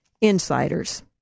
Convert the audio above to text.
insiders